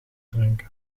drinken